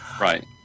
Right